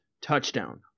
touchdown